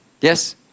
Yes